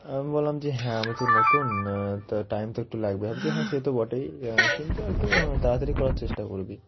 আমি বললাম যে হ্যাঁ আমি তো নতুন তা টাইম তো একটু লাগবে ভাবছি হ্যাঁ সে তো বটেই কিন্তু একটু তাড়াতাড়ি করার চেষ্টা করবি